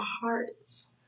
hearts